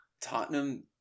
Tottenham